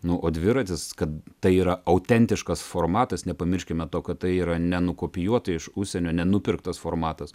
nu o dviratis kad tai yra autentiškas formatas nepamirškime to kad tai yra nenukopijuota iš užsienio nenupirktas formatas